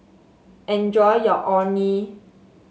enjoy your Orh Nee